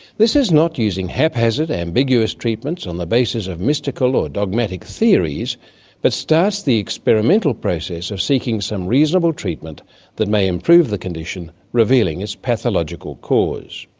this is not using haphazard, ambiguous treatments on the basis of mystical or dogmatic theories but starts the experimental process of seeking some reasonable treatment that may improve the condition, revealing its pathological cause.